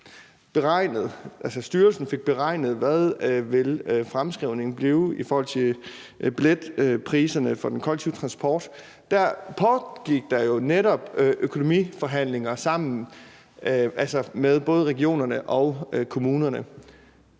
styrelsen fik beregnet, hvad fremskrivningen ville blive i forhold til billetpriserne for den kollektive transport, pågik der jo netop økonomiforhandlinger med både regionerne og kommunerne,